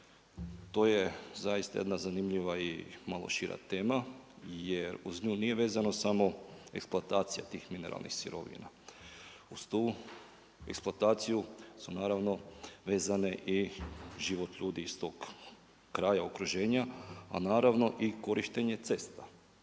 To je zaista jedna zanimljiva i malo šira tema. Jer uz nju nije vezano samo eksploatacija tih mineralnih sirovina. Uz tu eksploataciju su naravno vezane i život ljudi i stoka, kraja okruženja, a naravno i korištenje cesta.